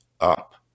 up